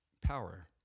power